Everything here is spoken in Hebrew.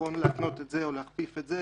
נכון להתנות את זה או להכפיף את זה